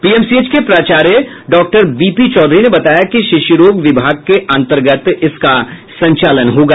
PMCH के प्राचार्य doctor BP Chaudhary ने बताया कि शिशु रोग विभाग के अंतर्गत इसका संचालन होगा